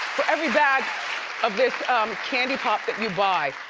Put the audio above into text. for every bag of this candy pop that you buy,